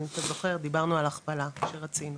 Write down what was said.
אני זוכרת דיברנו על הכפלה כשרצינו